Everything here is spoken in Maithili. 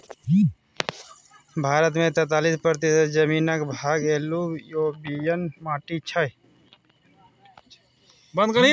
भारत मे तैतालीस प्रतिशत जमीनक भाग एलुयुबियल माटि छै